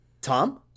Tom